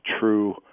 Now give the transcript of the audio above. true